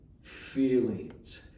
feelings